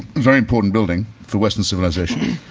very important building for western civilization,